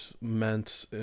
meant